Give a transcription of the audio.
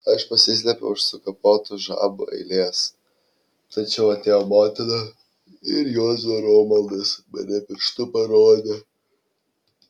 aš pasislėpiau už sukapotų žabų eilės tačiau atėjo motina ir juozo romaldas mane pirštu parodė